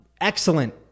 Excellent